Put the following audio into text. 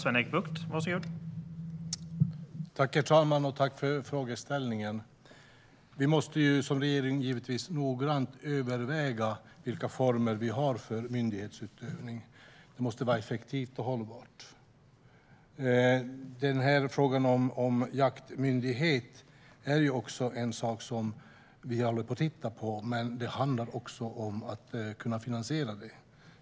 Herr talman! Tack för frågeställningen! Vi måste som regering givetvis noggrant överväga vilka former vi har för myndighetsutövning. Den måste vara effektiv och hållbar. Frågan om en jaktmyndighet håller vi på att titta på, men det handlar också om att kunna finansiera den.